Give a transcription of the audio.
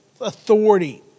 authority